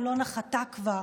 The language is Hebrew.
אם לא נחתה כבר,